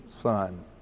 son